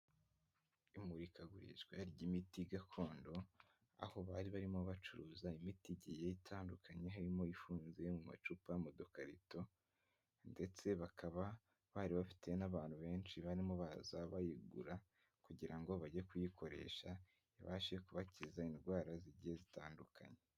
Imurikagurisha ry'imiti gakondo, aho bari barimo bacuruza imiti igiye itandukanye. Harimo ifunze mu macupa, mu dukarito ndetse bakaba bari bafite n'abantu benshi barimo baza bayigura. Kugira ngo bajye kuyikoresha ibashe kubakiza indwara zigiye zitandukanye.